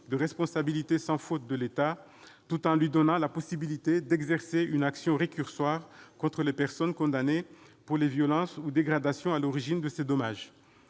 de responsabilité sans faute de l'État, tout en donnant à celui-ci la possibilité d'exercer une action récursoire contre les personnes condamnées pour les violences ou dégradations à l'origine des dommages.